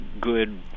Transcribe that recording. good